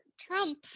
Trump